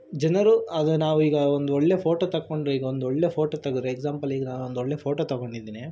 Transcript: ಜನರು ಅದು ನಾವು ಈಗ ಒಂದು ಒಳ್ಳೆಯ ಫೋಟೋ ತಗೊಂಡ್ರೆ ಈಗ ಒಂದು ಒಳ್ಳೆಯ ಫೋಟ ತೆಗದ್ರೆ ಎಕ್ಸಾಂಪಲ್ ಈಗ ನಾನು ಒಂದು ಒಳ್ಳೆಯ ಫೋಟ ತೊಗೊಂಡಿದ್ದೀನಿ